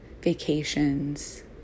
vacations